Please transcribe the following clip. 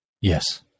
Yes